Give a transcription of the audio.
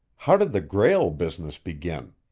how did the grail business begin?